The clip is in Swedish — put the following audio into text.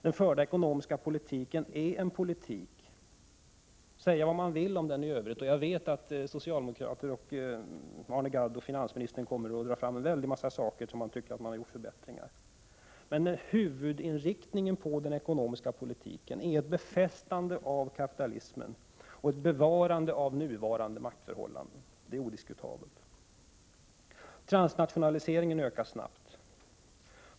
Den förda ekonomiska politikens huvudinriktning, säga vad man vill om den i övrigt — jag vet att Arne Gadd, finansministern och andra socialdemokrater kommer att dra fram väldigt många saker som de tycker att de har förbättrat — är ett befästande av kapitalismen och ett bevarande av nuvarande maktförhållanden. Det är odiskutabelt. Transnationaliseringen ökar snabbt.